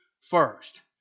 first